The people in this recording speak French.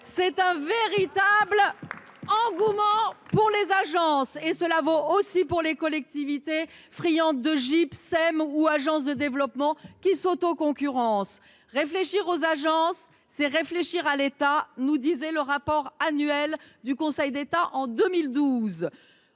y a un véritable engouement pour les agences ! Et cela vaut aussi pour les collectivités, friandes de GIP, de SEM ou d’agences de développement qui se concurrencent. « Réfléchir aux agences, c’est réfléchir à l’État », nous disaient les auteurs du rapport annuel du Conseil d’État en 2012.